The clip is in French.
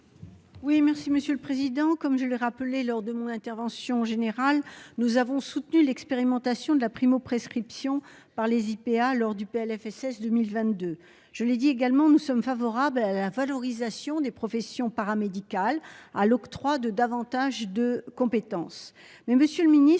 Oui, merci Monsieur le Président, comme je l'ai rappelé lors de mon intervention en général nous avons soutenu l'expérimentation de la primo-prescription par les IPA lors du PLFSS 2022 je l'ai dit également nous sommes favorables à la valorisation des professions paramédicales, à l'octroi de davantage de compétences.